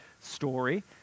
story